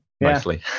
mostly